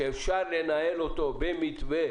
שאפשר לנהל אותו במתווה